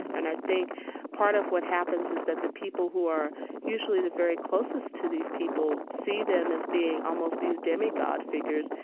and i think part of what happens is that the people who are usually the very closest to these people see them as being almost these demigod figures.